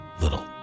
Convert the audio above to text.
little